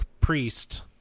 priest